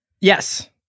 Yes